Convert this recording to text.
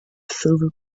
silver